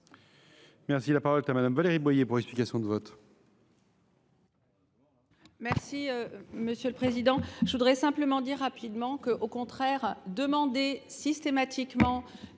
moment. La parole est à Mme Valérie Boyer, pour explication de vote.